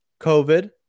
COVID